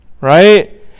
right